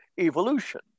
evolution